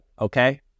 okay